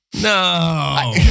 no